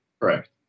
Correct